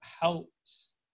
helps